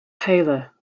paler